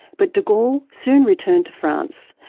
but de gaulle soon returned to france,